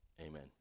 Amen